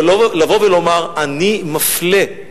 לבוא ולומר: אני מפלה,